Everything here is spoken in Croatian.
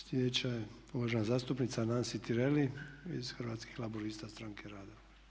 Sljedeća je uvažena zastupnica Nansi Tireli iz Hrvatskih laburista – Stranke rada.